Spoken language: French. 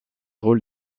rôles